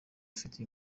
ufite